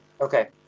Okay